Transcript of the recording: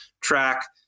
track